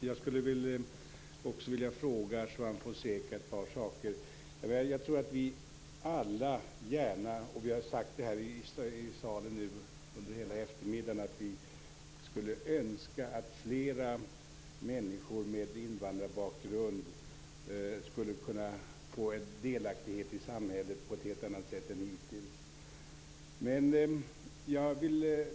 Fru talman! Jag har undringar kring ett par saker, Juan Fonseca. Jag tror att vi alla gärna - detta har ju sagts i denna kammare upprepade gånger under eftermiddagen - skulle önska att fler människor med invandrarbakgrund kunde få delaktighet i samhället på ett helt annat sätt än som hittills varit fallet.